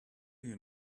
you